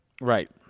Right